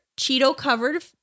Cheeto-covered